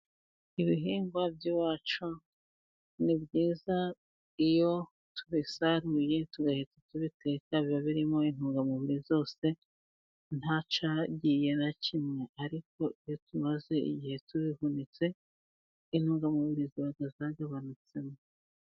Ibihingwa by'iwacu ni byiza iyo tubisaruye tugahita tubiteka biba birimo intungamubiri zose, nta cyagiye na kimwe ariko iyo tumaze igihe tubihunitse intungamubiri ziba zagabanutsemo.